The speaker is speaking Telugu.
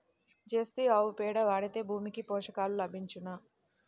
జెర్సీ ఆవు పేడ వాడితే భూమికి పోషకాలు లభించునా?